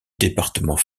département